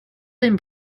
been